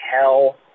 hell